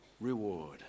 reward